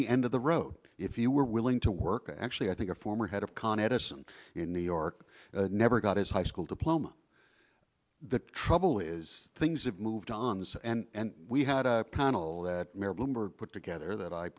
the end of the road if you were willing to work actually i think a former head of con edison in new york never got his high school diploma the trouble is things have moved on this and we had a panel that mayor bloomberg put together that i